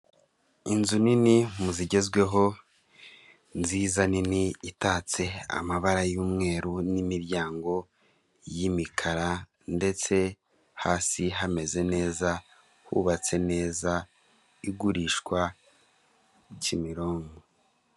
Inzu nini mu zigezweho nziza nini itatse amabara y'umweru n'imiryango y'imikara ndetse hasi hameze neza hubatse neza, igurishwa Kimironko.